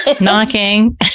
Knocking